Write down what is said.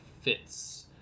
fits